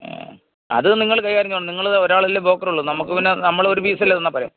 അത് നിങ്ങള് കൈകാര്യം ചെയ്തുകൊള്ളണം നിങ്ങള് ഒരാളല്ലേ ബോക്കറുള്ളൂ നമുക്ക് പിന്നെ നമ്മളൊരു പീസിന്റെ തന്നാല് പോരെ